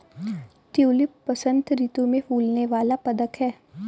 tulip बसंत ऋतु में फूलने वाला पदक है